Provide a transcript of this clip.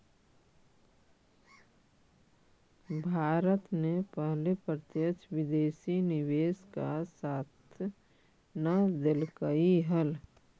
भारत ने पहले प्रत्यक्ष विदेशी निवेश का साथ न देलकइ हल